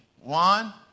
One